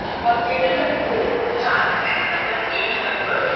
for table of four, child can double any number